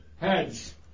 Heads